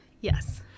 Yes